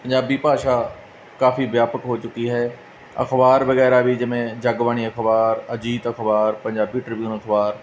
ਪੰਜਾਬੀ ਭਾਸ਼ਾ ਕਾਫ਼ੀ ਵਿਆਪਕ ਹੋ ਚੁੱਕੀ ਹੈ ਅਖ਼ਬਾਰ ਵਗੈਰਾ ਵੀ ਜਿਵੇਂ ਜਗਬਾਣੀ ਅਖ਼ਬਾਰ ਅਜੀਤ ਅਖ਼ਬਾਰ ਪੰਜਾਬੀ ਟ੍ਰਿਬਿਊਨ ਅਖ਼ਬਾਰ